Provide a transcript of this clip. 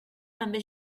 també